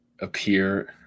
appear